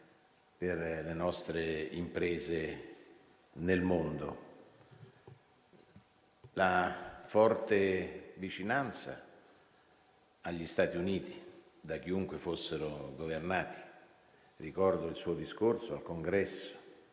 per le nostre imprese nel mondo. La forte vicinanza agli Stati Uniti, da chiunque fossero governati. Ricordo il suo discorso al Congresso.